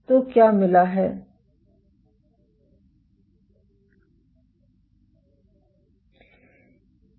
तो क्या मिला है ठीक है